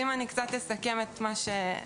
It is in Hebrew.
אם אני אסכם את מה שנאמר,